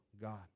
God